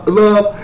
love